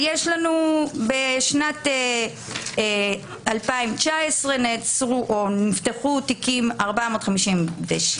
בשנת 2019 נפתחו 457 תיקים,